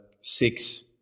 six